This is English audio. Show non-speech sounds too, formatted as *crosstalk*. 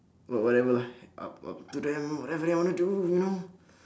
what~ whatever lah up up to them whatever they want to do you know *breath*